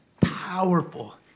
Powerful